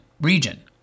region